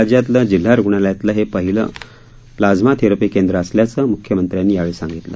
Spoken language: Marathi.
राज्यातलं जिल्हा रुग्णालयातलं हे पहिलं प्लाझा थेरपी केंद्र असल्याचं मुख्यमंत्र्यांनी यावेळी सांगितलं